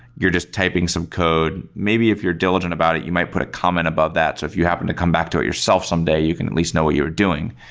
you're just typing some code. maybe if you're diligent about it, you might put a comment above that. so if you happen to come back to it yourself someday, you can at least know what you're doing.